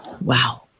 Wow